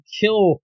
kill